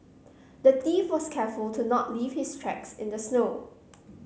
the thief was careful to not leave his tracks in the snow